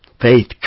Faith